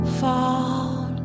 fall